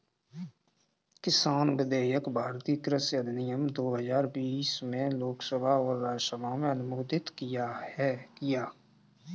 किसान विधेयक भारतीय कृषि अधिनियम दो हजार बीस में लोकसभा और राज्यसभा में अनुमोदित किया